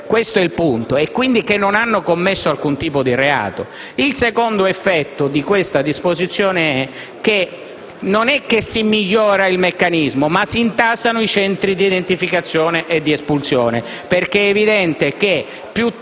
questo è il punto - e che quindi non hanno commesso alcun reato. Il secondo effetto di questa disposizione è che non si migliora il meccanismo, ma si intasano i centri di identificazione e di espulsione, perché è evidente che